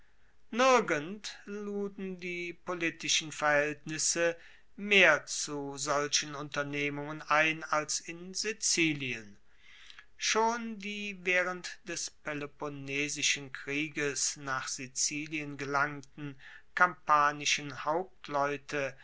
nirgend luden die politischen verhaeltnisse mehr zu solchen unternehmungen ein als in sizilien schon die waehrend des peloponnesischen krieges nach sizilien gelangten kampanischen